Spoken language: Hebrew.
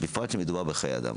בפרט כשמדובר בחיי אדם.